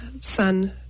son